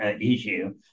issue